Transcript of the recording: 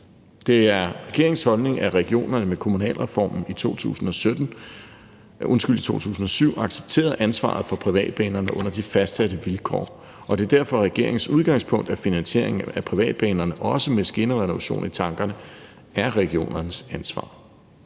Det er regeringens holdning, at regionerne med kommunalreformen i 2007 accepterede ansvaret for privatbanerne under de fastsatte vilkår, og det er derfor regeringens udgangspunkt, at finansieringen af privatbanerne også med skinnerenovering i tankerne er regionernes ansvar.